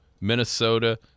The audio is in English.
Minnesota